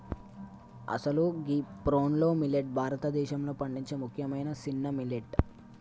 అసలు గీ proso millet భారతదేశంలో పండించే ముఖ్యమైన సిన్న మిల్లెట్